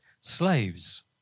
Slaves